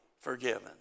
forgiven